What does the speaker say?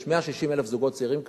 יש 160,000 זוגות צעירים כאלה,